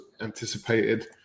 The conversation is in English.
anticipated